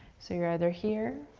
so you're either here.